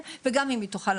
הנפטר.